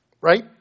right